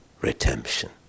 redemption